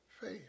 faith